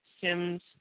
Sims